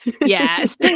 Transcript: Yes